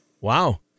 Wow